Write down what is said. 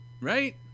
right